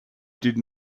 did